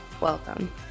Welcome